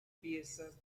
piezas